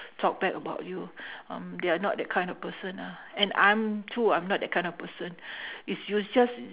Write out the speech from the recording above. talk bad about you um they are not that kind of person ah and I'm too I'm not that kind of person is yous just